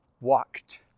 walked